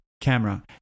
camera